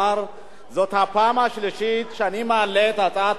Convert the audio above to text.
זאת הפעם השלישית שאני מעלה את הצעת החוק הזאת